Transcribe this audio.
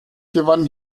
gewann